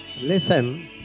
Listen